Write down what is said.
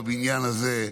בבניין הזה,